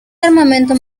armamento